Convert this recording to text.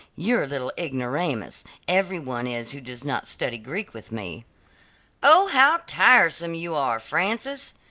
you're a little ignoramus every one is who does not study greek with me oh, how tiresome you are, frances,